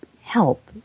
help